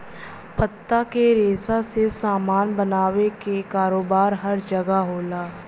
पत्ता के रेशा से सामान बनावे क कारोबार हर जगह होला